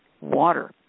water